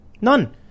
None